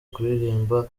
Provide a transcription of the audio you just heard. kuririmba